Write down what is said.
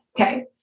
Okay